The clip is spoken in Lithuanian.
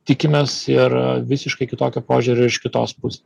tikimės ir visiškai kitokio požiūrio ir iš kitos pus